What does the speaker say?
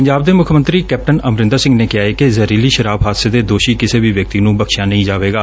ਪੰਜਾਬ ਦੇ ਮੁੱਖ ਮੰਤਰੀ ਕੈਪਟਨ ਅਮਰਿੰਦਰ ਸਿੰਘ ਨੇ ਕਿਹਾ ਏ ਕਿ ਜ਼ਹਿਰੀਲੀ ਸ਼ਰਾਬ ਹਾਦਸੇ ਦੇ ਦੋਸ਼ੀ ਕਿਸੇ ਵੀ ਵਿਅਕਤੀ ਨੰ ਬਖਸ਼ਿਆ ਨਹੀ ਜਾਵੇਗਾ